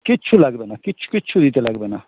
কিচ্ছু লাগবে না কিচ্ছু কিচ্ছু দিতে লাগবেনা